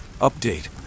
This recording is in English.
Update